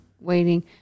waiting